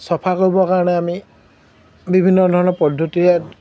চফা কৰিবৰ কাৰণে আমি বিভিন্ন ধৰণৰ পদ্ধতিৰে